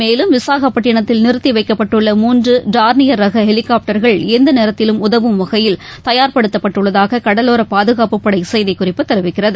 மேலும் விசாகப்பட்டினத்தில் நிறுத்திவைக்கப்பட்டுள்ள மூன்றுடாா்ளியா் ரகஹெலினாப்டா்கள் எந்தநேரத்திலும் உதவும் வகையில் தயார் படுத்தப்பட்டுள்ளதாககடலோரபாதுகாப்புப்படைசெய்திக்குறிப்பு தெரிவிக்கிறது